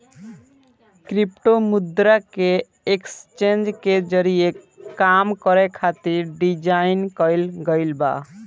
crypto मुद्रा के exchange के जरिए काम करे खातिर डिजाइन कईल गईल बा